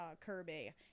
Kirby